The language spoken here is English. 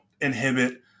inhibit